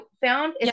found